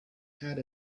had